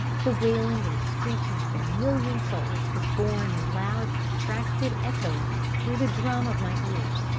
the wailing and screeching of a million souls was borne in loud protracted echoings through the drum of my ears.